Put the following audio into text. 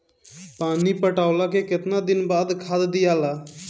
पानी पटवला के बाद केतना दिन खाद दियाला?